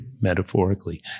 metaphorically